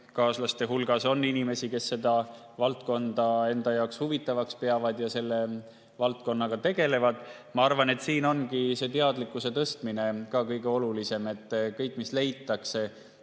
hulgas on inimesi, kes seda valdkonda enda jaoks huvitavaks peavad ja selle valdkonnaga tegelevad. Ma arvan, et siin ongi see teadlikkuse tõstmine kõige olulisem. Kõik, mis leitakse,